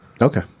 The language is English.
Okay